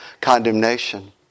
condemnation